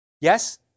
Yes